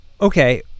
okay